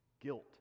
Guilt